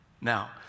Now